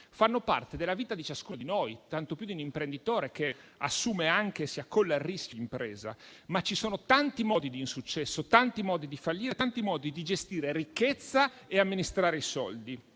fanno parte della vita di ciascuno di noi, tanto più di un imprenditore, che assume e si accolla il rischio d'impresa. Ci sono però tanti modi di avere insuccesso, tanti modi di fallire e tanti modi di gestire la ricchezza e amministrare i soldi.